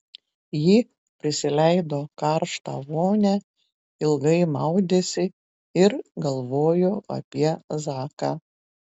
ji prisileido karštą vonią ilgai maudėsi ir galvojo apie zaką